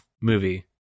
movie